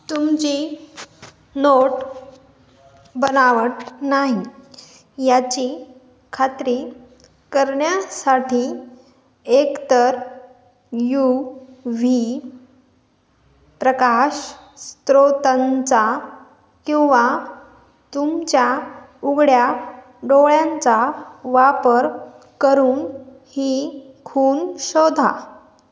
तुमची नोट बनावट नाही याची खात्री करण्यासाठी एकतर यू व्ही प्रकाश स्त्रोतांचा किंवा तुमच्या उघड्या डोळ्यांचा वापर करून ही खूण शोधा